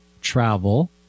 travel